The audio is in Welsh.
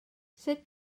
sut